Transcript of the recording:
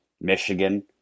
Michigan